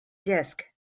disc